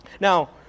Now